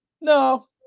no